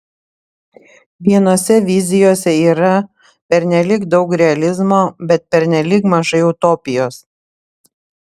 vienose vizijose yra pernelyg daug realizmo bet pernelyg mažai utopijos